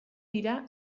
dira